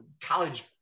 college